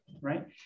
right